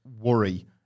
worry